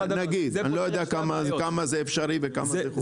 אני לא יודע כמה זה אפשרי וכמה זה חוקי.